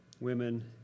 women